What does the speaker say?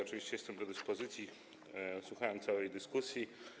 Oczywiście jestem do dyspozycji, słuchałem całej dyskusji.